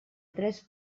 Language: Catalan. tres